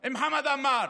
עם חמד עמאר,